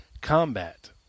combat